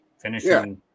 finishing